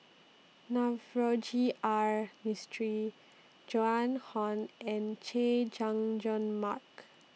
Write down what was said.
Navroji R Mistri Joan Hon and Chay Jung Jun Mark